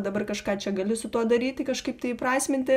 dabar kažką čia gali su tuo daryti kažkaip tai įprasminti